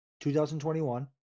2021